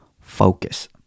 focus